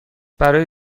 برای